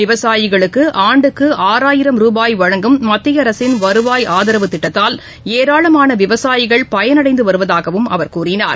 விவசாயிகளுக்கு ஆண்டுக்கு ஆறாயிரம் ரூபாய் வழங்கும் மத்திய அரசின் வருவாய் ஆதரவு திட்டத்தால் ஏராளமான விவசாயிகள் பயனடைந்து வருவதாகவும அவர் கூறினார்